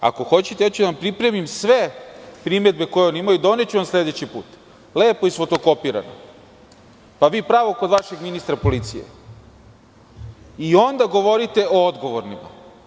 Ako hoćete, pripremiću vam sve primedbe koje oni imaju i doneću vam sledeći put lepo isfotokopirano, pa vi pravo kod vašeg ministra policije i onda govorite o odgovornima.